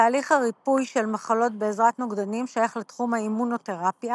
תהליך ריפוי של מחלות בעזרת נוגדנים שייך לתחום האימונותרפיה,